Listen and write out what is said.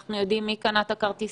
אנחנו יודעים מי קנה את הכרטיסים,